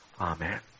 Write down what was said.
Amen